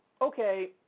okay